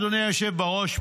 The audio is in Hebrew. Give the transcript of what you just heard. אדוני היושב בראש,